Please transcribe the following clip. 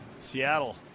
Seattle